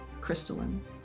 crystalline